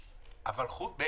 ושנית,